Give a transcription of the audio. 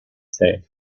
said